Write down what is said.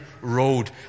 road